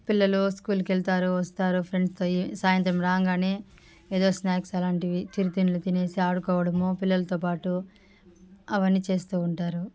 పిల్లలు స్కూల్కి వెళ్తారు వస్తారు ఫ్రెండ్స్తో సాయంత్రం రాగానే ఎదో స్న్యాక్స్ అలాంటివి చిరుతిండ్లు తినేసి ఆడుకోవడము పిల్లలతోపాటు అవన్నీ చేస్తూ ఉంటారు